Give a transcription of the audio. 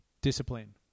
discipline